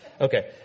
Okay